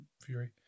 Fury